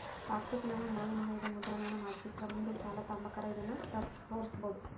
ಪಾಸ್ಬುಕ್ಕಿನಾಗ ಹಣವಿನಿಮಯದ ಮುದ್ರಣಾನ ಮಾಡಿಸಿಟ್ರ ಮುಂದುಕ್ ಸಾಲ ತಾಂಬಕಾರ ಇದನ್ನು ತೋರ್ಸ್ಬೋದು